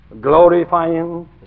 glorifying